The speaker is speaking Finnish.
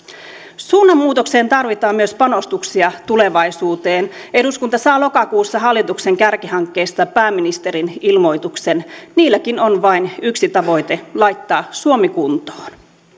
suunnanmuutokseen tarvitaan myös panostuksia tulevaisuuteen eduskunta saa lokakuussa hallituksen kärkihankkeista pääministerin ilmoituksen niilläkin on vain yksi tavoite laittaa suomi kuntoon